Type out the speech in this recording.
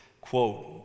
quote